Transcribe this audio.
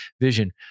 Vision